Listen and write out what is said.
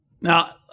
Now